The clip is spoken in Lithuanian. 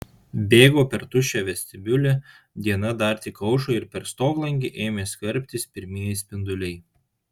bėgau per tuščią vestibiulį diena dar tik aušo ir per stoglangį ėmė skverbtis pirmieji spinduliai